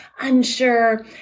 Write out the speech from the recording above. unsure